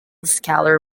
scalar